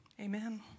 Amen